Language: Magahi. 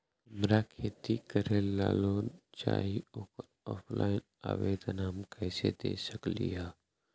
हमरा खेती करेला लोन चाहि ओकर ऑफलाइन आवेदन हम कईसे दे सकलि ह?